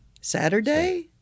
Saturday